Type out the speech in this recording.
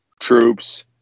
troops